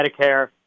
Medicare